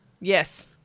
Yes